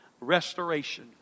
restoration